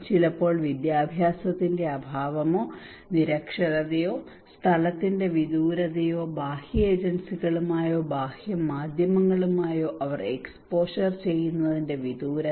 ചിലപ്പോൾ വിദ്യാഭ്യാസത്തിന്റെ അഭാവമോ നിരക്ഷരതയോ സ്ഥലത്തിന്റെ വിദൂരതയോ ബാഹ്യ ഏജൻസികളുമായോ ബാഹ്യ മാധ്യമങ്ങളുമായോ അവർ എക്സ്പോഷർ ചെയ്യുന്നതിന്റെ വിദൂരത